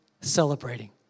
celebrating